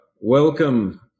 welcome